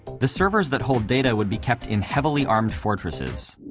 the servers that hold data would be kept in heavily armed fortresses.